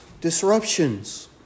disruptions